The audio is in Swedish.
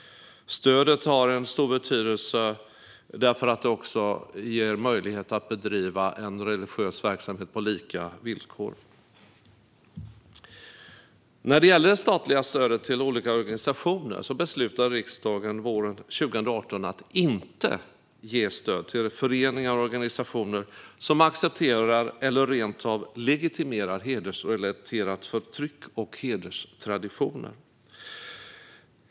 Stödet har en stor betydelse därför att det också ger möjlighet att bedriva en religiös verksamhet på lika villkor. När det gäller det statliga stödet till olika organisationer beslutade riksdagen våren 2018 att inte ge stöd till föreningar och organisationer som accepterar eller rent av legitimerar hedersrelaterat förtryck och hederstraditioner.